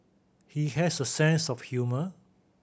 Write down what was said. he has a sense of humour